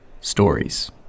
Stories